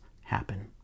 happen